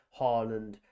Haaland